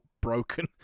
broken